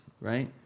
right